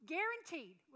Guaranteed